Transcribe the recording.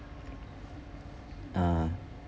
uh